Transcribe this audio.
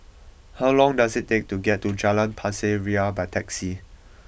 how long does it take to get to Jalan Pasir Ria by taxi